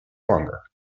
longer